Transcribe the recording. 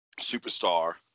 superstar